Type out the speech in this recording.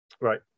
Right